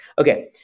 Okay